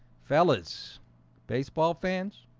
fellas baseball fans.